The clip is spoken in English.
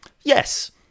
Yes